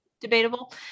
Debatable